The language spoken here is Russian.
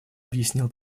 объяснил